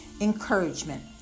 encouragement